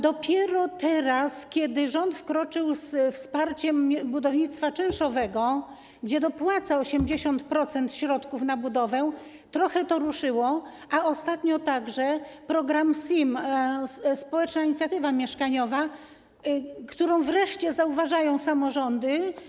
Dopiero teraz, kiedy rząd wkroczył ze wsparciem budownictwa czynszowego, w którym dopłaca 80% środków na budowę, trochę to ruszyło, ale ostatnio także program SIM, społeczna inicjatywa mieszkaniowa, którą wreszcie zauważają samorządy.